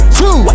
two